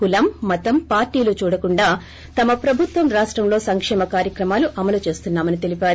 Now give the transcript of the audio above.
కులం మతం పార్టీలు చూడకుండా తమ ప్రభుత్వం రాష్టంలో సంకేమ కార్యక్రమాలు అమలు చేస్తున్నా మని తెలిపారు